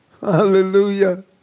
Hallelujah